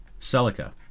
Celica